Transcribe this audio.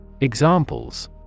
Examples